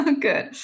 Good